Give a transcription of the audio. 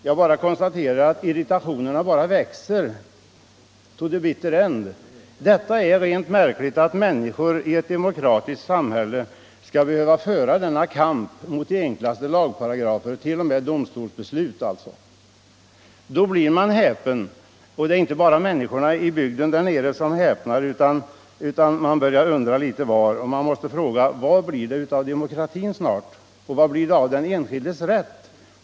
Jag bara konstaterar att irritationen växer — ”to the bitter end”. Det är rent märkligt att människor i ett demokratiskt samhälle skall behöva föra denna kamp på grund av de enklaste lagparagrafer och t.o.m. efter domstolsbeslut. Då blir man häpen. Och det är inte bara människorna i bygden där nere som häpnar, utan folk börjar undra litet var. Man måste fråga: Vad blir det av demokratin, och vad blir det av den enskildes rätt?